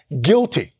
guilty